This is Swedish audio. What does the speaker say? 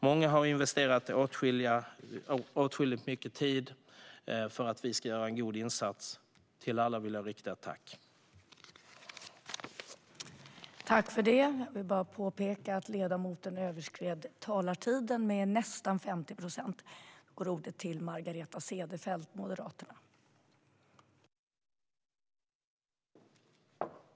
Många har investerat mycket tid för att vi ska göra en god insats, och jag vill rikta ett tack till alla.